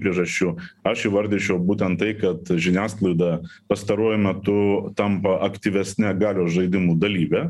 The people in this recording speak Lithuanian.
priežasčių aš įvardinčiau būtent tai kad žiniasklaida pastaruoju metu tampa aktyvesne galios žaidimų dalyve